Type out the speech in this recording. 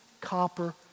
copper